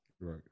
Right